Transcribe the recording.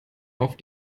auf